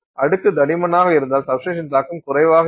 அடுக்கு தடிமனாக இருந்தால் சப்ஸ்டிரேட் தாக்கம் குறைவாக இருக்கும்